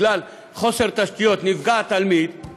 בגלל חוסר תשתיות נפגע תלמיד,